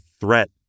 threat